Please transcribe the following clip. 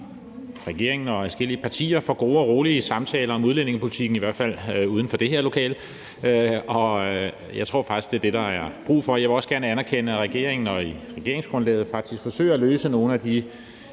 regeringen og adskillige partier for gode og rolige samtaler om udlændingepolitikken, i hvert fald uden for det her lokale. Jeg tror faktisk, det er det, der er brug for. Jeg vil også gerne anerkende, at regeringen i regeringsgrundlaget faktisk forsøger at håndtere nogle af de